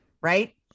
Right